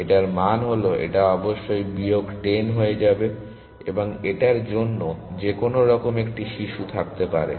এটার মান হল এটা অবশ্যই বিয়োগ 10 হয়ে যাবে এবং এটার যে কোন এরকম শিশু থাকতে পারে